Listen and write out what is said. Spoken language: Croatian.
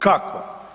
Kako?